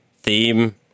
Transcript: theme